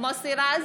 מוסי רז,